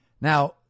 Now